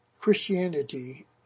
Christianity